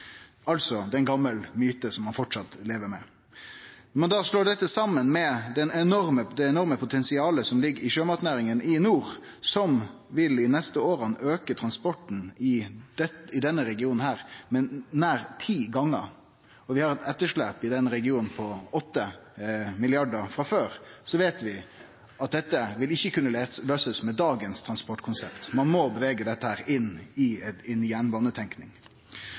altså ein gamal myte ein framleis lever med. Når ein slår dette saman med det enorme potensialet som ligg i sjømatnæringa i nord, som vil auke transporten i denne regionen nær ti gonger dei neste åra – og vi har eit etterslep i denne regionen på åtte milliardar frå før – veit vi at dette ikkje vil kunne løysast med dagens transportkonsept. Ein må bevege dette inn i